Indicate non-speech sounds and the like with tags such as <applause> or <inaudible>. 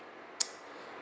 <noise>